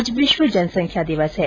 आज विश्व जनसंख्या दिवस है